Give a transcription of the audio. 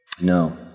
No